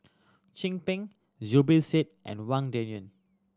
Chin Peng Zubir Said and Wang Dayuan